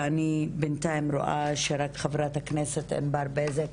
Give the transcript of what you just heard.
ואני בינתיים רואה שרק חברת הכנסת ענבר בזק